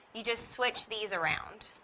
you just switch these around.